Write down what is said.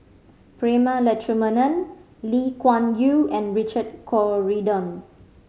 Prema Letchumanan Lee Kuan Yew and Richard Corridon